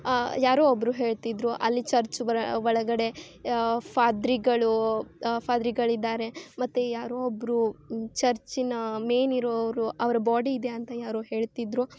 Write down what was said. ಯಾರೋ ಒಬ್ಬರು ಹೇಳ್ತಿದ್ರು ಅಲ್ಲಿ ಚರ್ಚ್ ಒಳಗಡೆ ಫಾದ್ರಿಗಳು ಫಾದ್ರಿಗಳು ಇದ್ದಾರೆ ಮತ್ತು ಯಾರೋ ಒಬ್ಬರು ಚರ್ಚಿನ ಮೇನ್ ಇರುವವರು ಅವ್ರು ಬಾಡಿ ಇದೆ ಅಂತ ಯಾರೋ ಹೇಳ್ತಿದ್ದರು